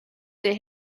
der